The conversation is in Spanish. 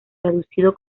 traducido